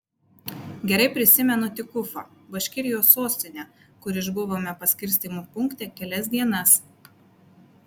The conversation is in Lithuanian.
gerai prisimenu tik ufą baškirijos sostinę kur išbuvome paskirstymo punkte kelias dienas